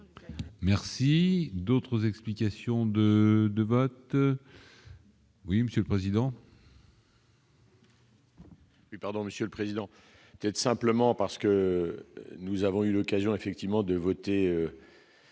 Merci d'autres explications de de vote. Oui, Monsieur le Président.